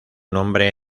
nombre